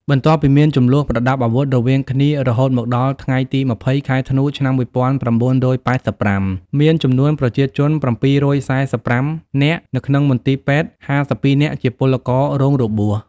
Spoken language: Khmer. បន្ទាប់ពីមានជម្លោះប្រដាប់អាវុធរវាងគ្នា រហូតមកដល់ថ្ងៃទី ២០ ខែ ធ្នូ ឆ្នាំ ១៩៨៥ មានចំនួនប្រជាជន ៧៤៥នាក់នៅក្នុងមន្ទីពេទ្យ(៥២នាក់ជាពលកររងរបួស)។